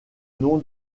nom